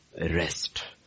rest